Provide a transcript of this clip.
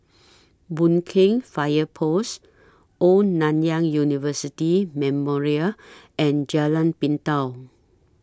Boon Keng Fire Post Old Nanyang University Memorial and Jalan Pintau